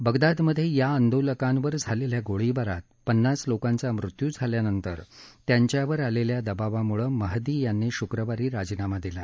बगदादमधे या आंदोलनांवर झालेल्या गोळीबारात पन्नास लोकांचा मृत्यू झाल्यानंतर त्यांच्यावर आलेल्या दबावामुळे महदी यांनी शुक्रवारी राजीनामा दिला